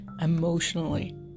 emotionally